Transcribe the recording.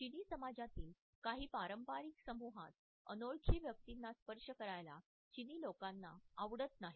चिनी समाजातील काही पारंपारिक समूहात अनोळखी व्यक्तींना स्पर्श करायला चिनी लोकांना आवडत नाही